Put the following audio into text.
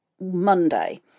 Monday